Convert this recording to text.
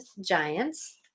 giants